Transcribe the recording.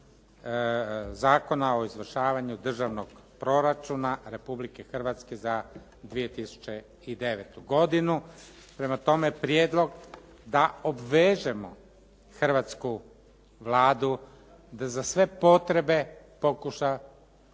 Zakona o izvršavanju Državnog proračuna Republike Hrvatske za 2009. godinu, prema tome prijedlog da obvežemo hrvatsku Vladu da za sve potrebe pokuša